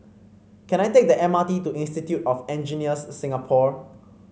can I take the M R T to Institute of Engineers Singapore